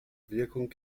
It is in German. wirkung